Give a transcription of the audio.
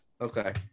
Okay